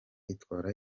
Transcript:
itwara